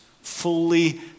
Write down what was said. fully